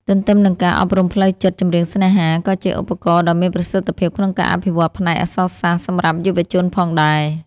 ទន្ទឹមនឹងការអប់រំផ្លូវចិត្ត ចម្រៀងស្នេហា ក៏ជាឧបករណ៍ដ៏មានប្រសិទ្ធភាពក្នុងការអភិវឌ្ឍផ្នែកអក្សរសាស្ត្រសម្រាប់យុវជនផងដែរ។